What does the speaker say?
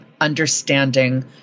understanding